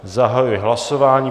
Zahajuji hlasování.